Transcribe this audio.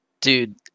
Dude